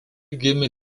gimė